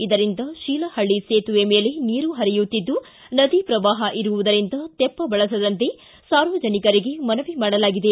ಇದರಿಂದ ಶೀಲಹಳ್ಳಿ ಸೇತುವೆ ಮೇಲೆ ನೀರು ಪರಿಯುತ್ತಿದ್ದು ನದಿ ಪ್ರವಾಪ ಇರುವುದರಿಂದ ತೆಪ್ಪ ಬಳಸದಂತೆ ಸಾರ್ವಜನಿಕರಿಗೆ ಮನವಿ ಮಾಡಲಾಗಿದೆ